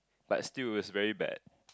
but still it's very bad